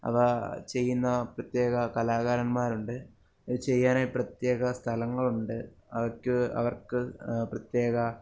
അപ്പം ചെയ്യുന്ന പ്രത്യേക കലാകാരന്മാരുണ്ട് ഇത് ചെയ്യാനായി പ്രത്യേക സ്ഥലങ്ങളുണ്ട് അതൊക്കെ അവർക്ക് പ്രത്യേക